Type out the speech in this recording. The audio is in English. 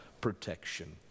protection